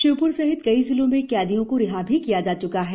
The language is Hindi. श्योप्र सहित कई जिलों में कैदियों को रिहा भी किया जा चुका है